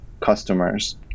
customers